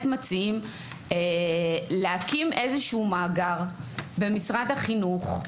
מציעים להקים איזשהו מאגר במשרד החינוך,